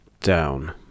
down